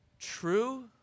True